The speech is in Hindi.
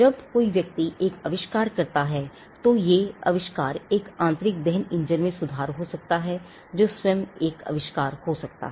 जब कोई व्यक्ति एक आविष्कार करता है तो ये आविष्कार एक आंतरिक दहन इंजन में सुधार हो सकता है जो स्वयं एक आविष्कार हो सकता है